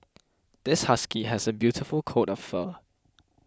this husky has a beautiful coat of fur